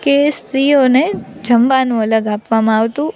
કે સ્ત્રીઓને જમવાનું અલગ આપવામાં આવતું